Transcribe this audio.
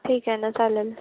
ठीक आहे ना चालेल